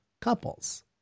couples